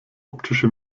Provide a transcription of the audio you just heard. optische